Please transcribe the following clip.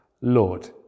Lord